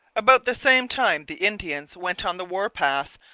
about the same time the indians went on the war-path,